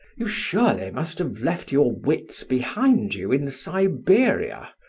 you surely must have left your wits behind you in siberia,